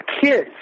kids